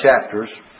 chapters